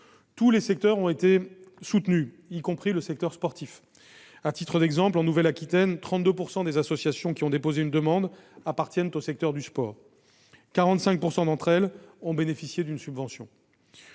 Tous les secteurs ont été soutenus, y compris le secteur sportif. À titre d'exemple, en Nouvelle-Aquitaine, 32 % des associations qui ont déposé une demande appartiennent au secteur du sport ; 45 % d'entre elles ont bénéficié d'une subvention.